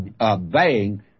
obeying